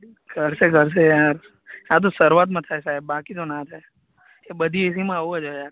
કરશે કરશે યાર આ તો શરૂઆતમાં થાય સાહેબ બાકી તો ના થાય એ બધી એસીમાં આવું જ હોય યાર